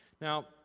Now